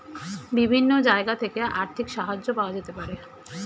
বিভিন্ন জায়গা থেকে আর্থিক সাহায্য পাওয়া যেতে পারে